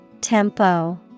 Tempo